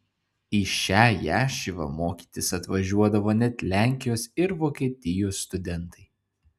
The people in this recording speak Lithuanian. į šią ješivą mokytis atvažiuodavo net lenkijos ir vokietijos studentai